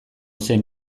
zen